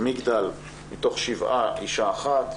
מגדל, מתוך שבעה, אישה אחת.